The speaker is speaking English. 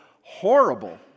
horrible